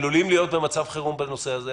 אנחנו עלולים להיות במצב חירום בנושא הזה.